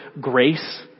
grace